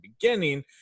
beginning